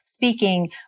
speaking